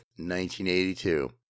1982